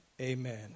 amen